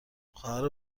خواهر